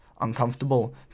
uncomfortable